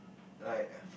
like